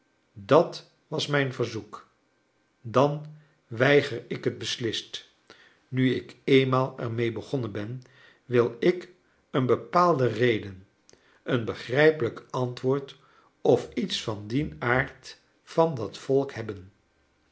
dat was mijn verzoek dan weiger ik het beslist nu ik eenmaal er mee begonnen ben wil ik een bepaalde reden een begrijpelijk antwoord of iets van dien aard van dat volk hebben